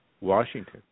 Washington